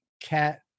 cat